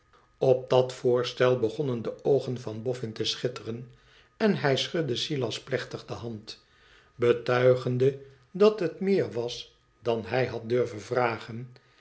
op dat voorstel begonnen de oogen van boffin te schitteren en hij schudde silas plechtig de hand betuigende dat dat meer was dan hij had dnrven vragen